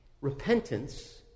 Repentance